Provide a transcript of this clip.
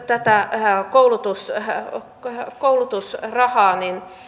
tätä koulutusrahaa